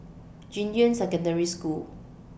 Junyuan Secondary School